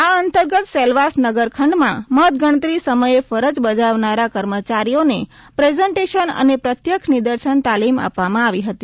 એ અંતર્ગત સેલવાસ નગરખંડ માં મતગણતરી સમયે ફરજ બજાવનારા કર્મચારીઓને પ્રેઝેન્ટસન અને પ્રત્યક્ષ નિદર્શન તાલીમ આપવામાં આવી હતી